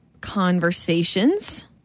conversations